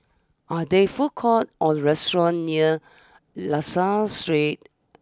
are there food courts or restaurants near La Salle Street